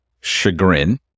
chagrin